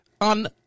On